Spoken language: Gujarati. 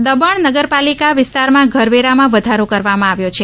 દ મણ ઘરવેરો દમણ નગરપાલિકા વિસ્તારમાં ઘરવેરામાં વધારો કરવામાં આવ્યો છે